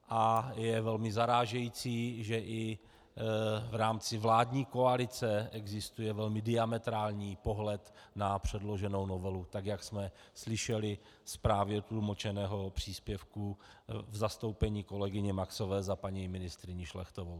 A je velmi zarážející, že i v rámci vládní koalice existuje velmi diametrální pohled na předloženou novelu, tak jak jsme slyšeli z právě tlumočeného příspěvku v zastoupení kolegyně Maxové za paní ministryni Šlechtovou.